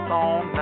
on